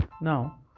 now